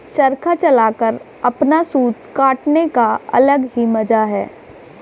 चरखा चलाकर अपना सूत काटने का अलग ही मजा है